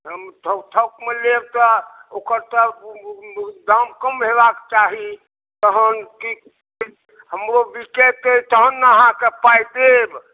हम तऽ थोकमे लेब तऽ ओकर तऽ दाम कम होयबाक चाही तहन की हमरो बिकेतै तहन ने अहाँकऽ पाइ देब